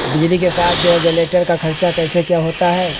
बिजली के साथ जो है जनरेटर का खर्चा कैसे क्या होता है